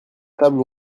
table